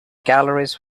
galleries